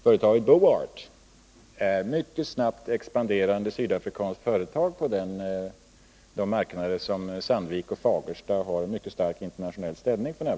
Företaget Boart är ett sydafrikanskt företag som mycket snabbt expanderar på de marknader där Sandvik AB och Fagersta AB har en mycket stark internationell ställning f. n.